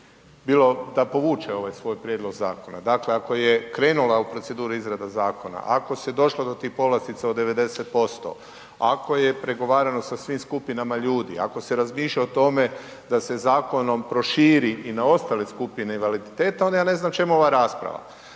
bilo da povuče ovaj svoj prijedlog zakona. Dakle, ako je krenula u proceduru izrada zakona, ako se došlo do tih povlastica od 90%, ako je pregovarano sa svim skupinama ljudi, ako se razmišlja o tome da se zakonom proširi i na ostale skupine invaliditeta onda ja ne znam čemu ova rasprava.